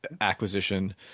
acquisition